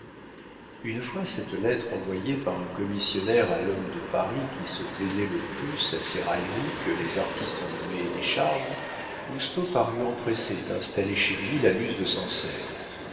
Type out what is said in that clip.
une fois cette lettre envoyée par un commissionnaire à l'homme de paris qui se plaisait le plus à ces railleries que les artistes ont nommées des charges lousteau parut empressé d'installer chez lui la muse de sancerre